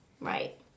Right